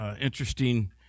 interesting